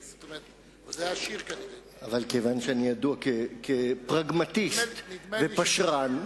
אבל כיוון שאני ידוע כפרגמטיסט ופשרן,